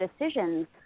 decisions